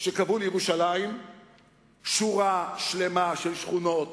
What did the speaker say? שקבעו לירושלים שורה שלמה של שכונות